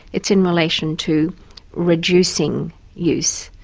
it's in relation to reducing use,